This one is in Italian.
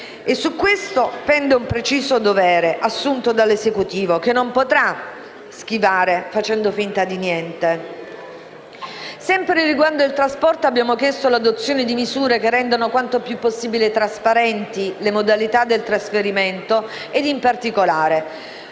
E su questo pende un preciso dovere assunto dall'Esecutivo, che non potrà schivare facendo finta di niente. Sempre riguardo al trasporto, abbiamo chiesto l'adozione di misure che rendano quanto più possibile trasparenti le modalità del trasferimento, e in particolare: